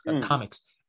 comics